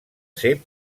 ser